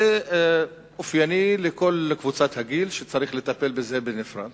זה אופייני לכל קבוצת הגיל, צריך לטפל בזה בנפרד.